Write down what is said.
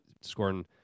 scoring